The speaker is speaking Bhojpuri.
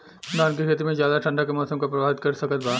धान के खेती में ज्यादा ठंडा के मौसम का प्रभावित कर सकता बा?